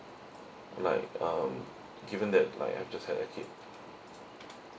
like um given that like I just had a kid